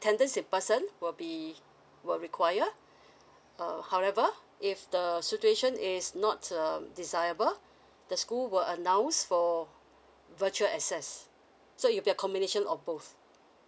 attendance in person will be will require err however if the situation is not um desirable the school will announce for virtual access so you get combination of both